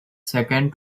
second